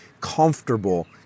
comfortable